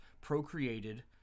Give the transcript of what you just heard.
procreated